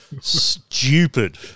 stupid